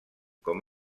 com